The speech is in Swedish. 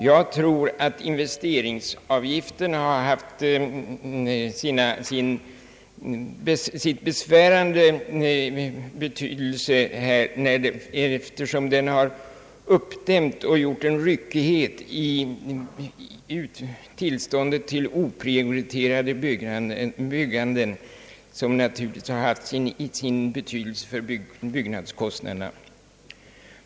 Jag tror att investeringsavgiften härvidlag har haft en besvärande betydelse, eftersom den har åstadkommit en ryckighet när det gäller oprioriterat byggande, som naturligtvis har påverkat byggnadskostnaderna.